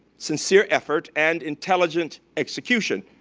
sincere effort, and intelligent execution.